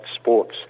sports